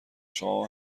شما